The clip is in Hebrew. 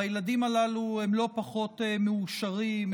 הילדים הללו הם לא פחות מאושרים,